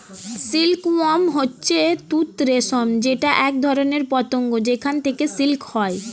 silk worm হচ্ছে তুত রেশম যেটা একধরনের পতঙ্গ যেখান থেকে সিল্ক হয়